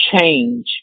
change